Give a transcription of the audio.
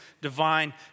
divine